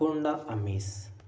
Honda amaze